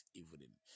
evening